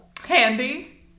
Handy